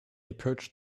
approached